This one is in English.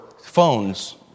phones